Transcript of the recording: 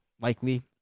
likely